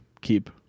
keep